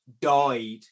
died